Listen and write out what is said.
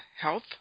Health